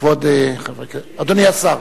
אדוני השר,